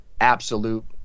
absolute